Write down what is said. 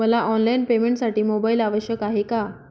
मला ऑनलाईन पेमेंटसाठी मोबाईल आवश्यक आहे का?